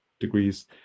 degrees